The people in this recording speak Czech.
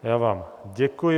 Já vám děkuji.